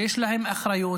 שיש להם אחריות,